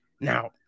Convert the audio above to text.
now